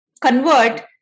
convert